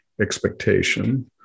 expectation